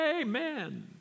amen